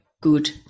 good